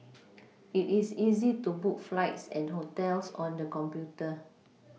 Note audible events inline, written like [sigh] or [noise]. it is easy to book flights and hotels on the computer [noise]